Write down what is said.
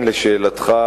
משא-ומתן, כל דבר,